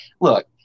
look